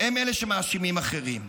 הם אלה שמאשימים אחרים.